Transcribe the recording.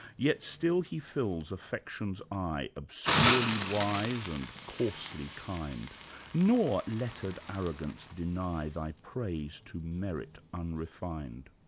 yet still he fills affection's eye obscurely wise and coarsely kind nor, letter'd arrogance, deny thy praise to merit unrefined.